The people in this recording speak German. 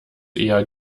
eher